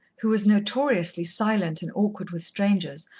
who was notoriously silent and awkward with strangers,